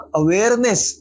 awareness